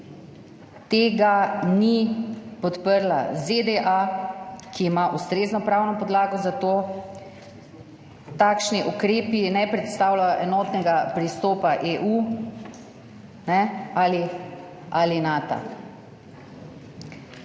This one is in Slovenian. Tega ni podprla ZDA, ki ima ustrezno pravno podlago za to, takšni ukrepi ne predstavljajo enotnega pristopa EU ali ali